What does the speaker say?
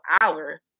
hour